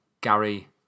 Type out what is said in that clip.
Gary